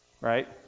right